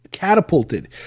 catapulted